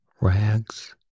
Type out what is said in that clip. rags